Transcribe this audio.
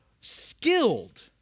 skilled